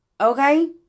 Okay